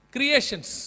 Creations